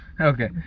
Okay